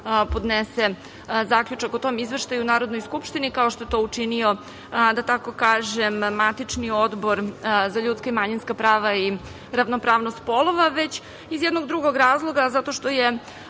podnese zaključak o tom izveštaju Narodnoj skupštini, kao što je to učinio, da tako kažem, matični Odbor za ljudska i manjinska prava i ravnopravnost polova, već iz jednog drugog razloga, zato što je